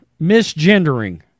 Misgendering